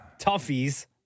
toughies